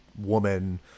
woman